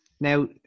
Now